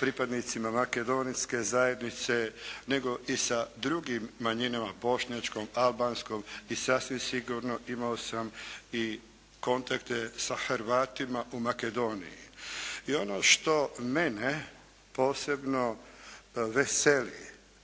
pripadnicima makedonske zajednice nego i sa drugim manjinama, bošnjačkom, albanskom i sasvim sigurno imao sam i kontakte sa Hrvatima u Makedoniji. I ono što mene posebno veseli